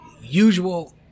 usual